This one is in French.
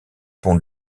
pont